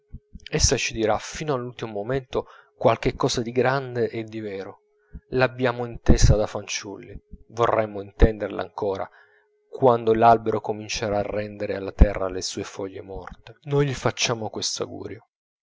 essa ci dirà fino all'ultimo momento qualche cosa di grande e di vero l'abbiamo intesa da fanciulli vorremmo intenderla ancora quando l'albero comincierà a rendere alla terra le sue foglie morte noi gli facciamo